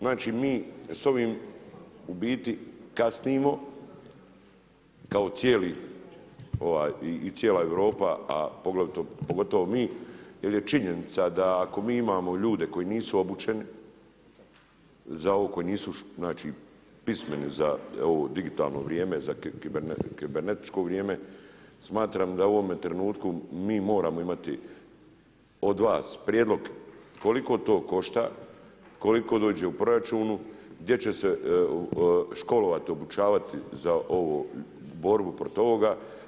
Znači mi s ovim u biti kasnimo, kao i cijela Europa a pogotovo mi jer je činjenica da ako mi imamo ljude koji nisu obučeni za ovo koji nisu znači pismeni za ovo digitalno vrijeme, za kibernetičko vrijeme smatram da u ovome trenutku mi moramo imati od vas prijedlog koliko to košta, koliko dođe u proračunu, gdje će se školovati, obučavati za borbu protiv ovoga.